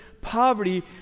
poverty